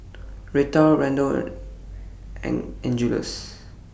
Reta Randall and Angeles